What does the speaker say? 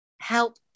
help